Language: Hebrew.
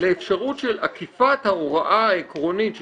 לאפשרות של עקיפת ההוראה העקרונית של